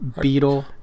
beetle